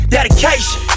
Dedication